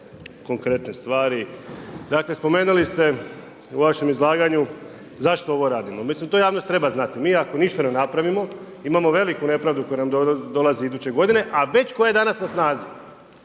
konkretne stvari, dakle spomenuli ste u vašem izlaganju zašto ovo radimo. Mislim to javnost treba znati, mi ako ništa ne napravimo imamo veliku nepravdu koja nam dolazi iduće godine, a već koja je danas na snazi.